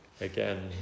again